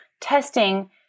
testing